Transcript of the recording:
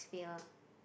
beer